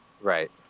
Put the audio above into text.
Right